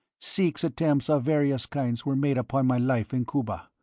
six attempts of various kinds were made upon my life in cuba.